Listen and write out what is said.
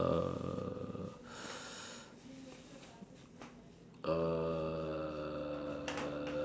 uh